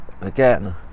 again